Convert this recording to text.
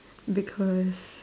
because